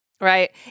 Right